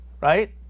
right